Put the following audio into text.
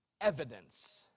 evidence